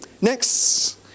next